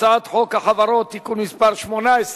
הצעת חוק החברות (תיקון מס' 18)